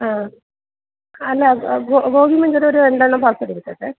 ആ അല്ല ഗോ ഗോപി മഞ്ചൂരിയൻ ഒരു രണ്ടെണ്ണം പാർസൽ ഇരിക്കട്ടെ